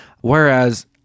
Whereas